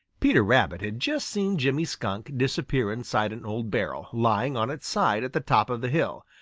peter rabbit had just seen jimmy skunk disappear inside an old barrel, lying on its side at the top of the hill,